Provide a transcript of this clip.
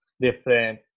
different